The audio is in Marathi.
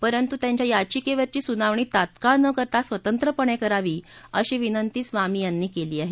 परंतु त्यांच्या याचिकेवरची सुनावणी तात्काळ न करता स्वतंत्रपणे करावी अशी विनंती स्वामी यांनी केली आहे